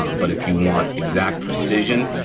but if you want exact precision,